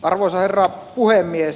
arvoisa herra puhemies